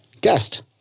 guest